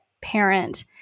parent